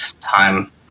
time